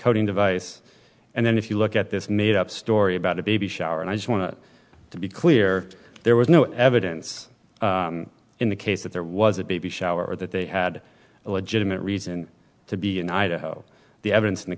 encoding device and then if you look at this made up story about a baby shower and i just want to be clear there was no evidence in the case that there was a baby shower that they had a legitimate reason to be in idaho the evidence in the